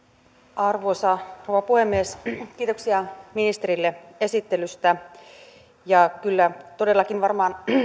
arvoisa rouva puhemies kiitoksia ministerille esittelystä kyllä todellakin varmaan